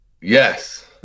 Yes